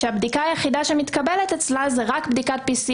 שהבדיקה היחידה שמתקבלת אצלה היא רק בדיקת PCR